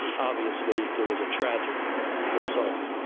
obviously it was tragic result.